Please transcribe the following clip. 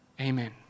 Amen